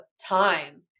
time